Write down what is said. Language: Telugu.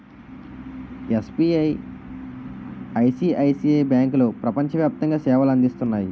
ఎస్.బి.ఐ, ఐ.సి.ఐ.సి.ఐ బ్యాంకులో ప్రపంచ వ్యాప్తంగా సేవలు అందిస్తున్నాయి